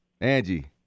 Angie